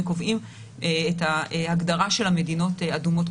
וקובעים את ההגדרה של המדינות אדומות,